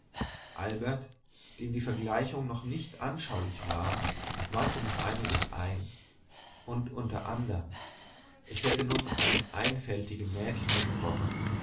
albert dem die vergleichung noch nicht anschaulich war wandte noch einiges ein und unter andern ich hätte nur von einem einfältigen mädchen gesprochen